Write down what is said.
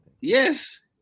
Yes